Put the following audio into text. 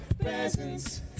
presents